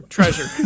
Treasure